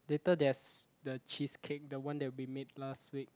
later there's the cheesecake the one that we made last week